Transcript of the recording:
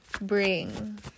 Bring